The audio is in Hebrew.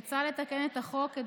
מוצע לתקן את חוק איסור אלימות בספורט